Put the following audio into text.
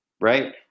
right